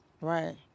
Right